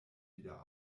wieder